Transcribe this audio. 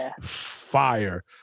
fire